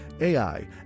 AI